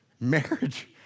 Marriage